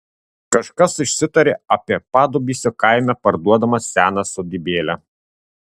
kažkas išsitarė apie padubysio kaime parduodamą seną sodybėlę